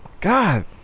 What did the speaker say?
God